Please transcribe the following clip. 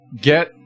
get